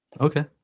Okay